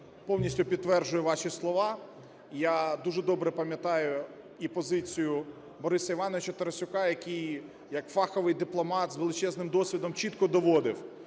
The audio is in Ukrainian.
повністю підтверджую ваші слова. Я дуже добре пам'ятаю і позицію Бориса Івановича Тарасюка, який як фаховий дипломат з величезним досвідом чітко доводив